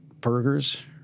burgers